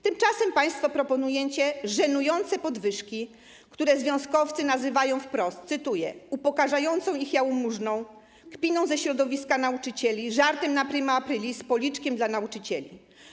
Tymczasem państwo proponujecie żenujące podwyżki, które związkowcy nazywają wprost - cytuję - upokarzającą ich jałmużną, kpiną ze środowiska nauczycieli, żartem na prima aprilis, policzkiem dla nauczycieli.